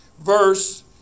verse